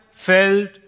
Felt